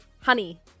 honey